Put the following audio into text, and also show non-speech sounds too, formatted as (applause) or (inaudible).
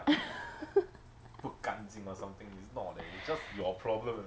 (laughs)